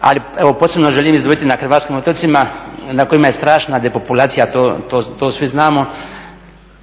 ali evo posebno želim izdvojiti na hrvatskim otocima na kojima je strašna depopulacija to svi znamo.